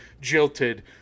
jilted